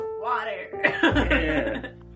water